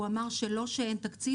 הוא אמר שלא שאין תקציב,